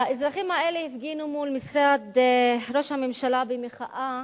האזרחים האלה הפגינו מול משרד ראש הממשלה במחאה